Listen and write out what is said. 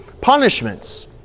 punishments